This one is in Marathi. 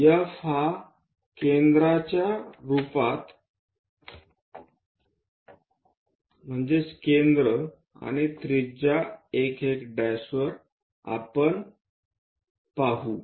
F हा केंद्राच्या रूपात केंद्र आणि त्रिज्या 1 1 वर आपण पाहू